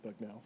now